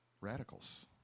radicals